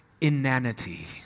inanity